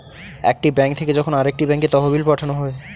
একটি ব্যাঙ্ক থেকে যখন আরেকটি ব্যাঙ্কে তহবিল পাঠানো হয়